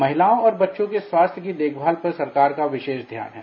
महिलाओं और बच्चों के स्वास्थ्य की देखभाल पर सरकार का विशेष ध्यान है